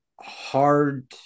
hard